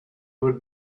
would